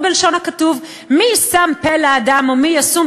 או בלשון הכתוב: "מי שם פה לאדם או מי ישום